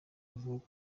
avuga